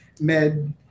med